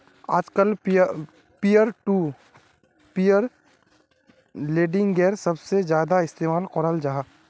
आजकल peer to peer लेंडिंगेर सबसे ज्यादा इस्तेमाल कराल जाहा